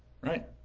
Right